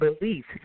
beliefs